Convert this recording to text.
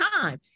time